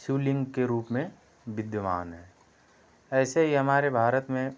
शिवलिंग के रूप में विद्यमान है ऐसे ही हमारे भारत में